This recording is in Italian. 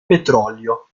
petrolio